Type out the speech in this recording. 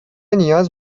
نیاز